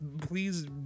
please